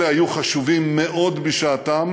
אלה היו חשובים מאוד בשעתם